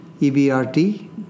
EBRT